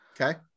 Okay